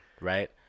right